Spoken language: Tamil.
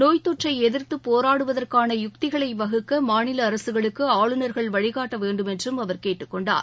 நோய் தொற்றை எதிர்த்து போராடுவதற்கான யுக்திகளை வகுக்க மாநில அரசுகளுக்கு ஆளுநர்கள் வழிகாட்ட வேண்டும் என்றும் அவர் கேட்டுக்கொண்டார்